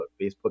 facebook